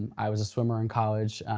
i was a swimmer in college,